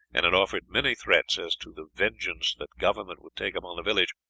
and had offered many threats as to the vengeance that government would take upon the village,